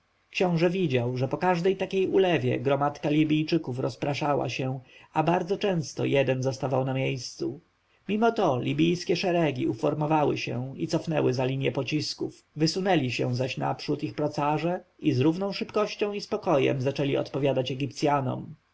książę widział że po każdej takiej ulewie gromadka libijczyków rozpraszała się a bardzo często jeden zostawał na miejscu mimo to libijskie szeregi uformowały się i cofnęły za linję pocisków wysunęli się zaś naprzód ich procarze i z równą szybkością i spokojem zaczęli odpowiadać